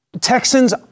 Texans